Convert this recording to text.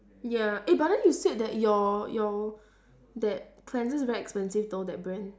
ya eh but then you said that your your that cleanser is very expensive though that brand